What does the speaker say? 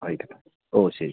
ആയിക്കോട്ടെ ഓ ശരി